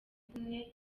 kumwe